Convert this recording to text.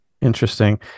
Interesting